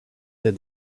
that